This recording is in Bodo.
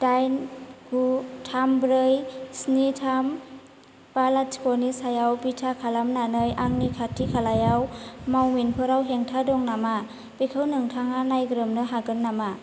दाइन गु थाम ब्रै स्नि थाम बा लाथिख'नि सायाव बिथा खालामनानै आंनि खाथि खालायाव मावमिनफोराव हेंथा दङ नामा बेखौ नोंथाङा नायग्रोमनो हागोन नामा